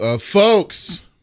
Folks